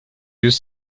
yüz